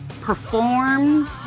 performed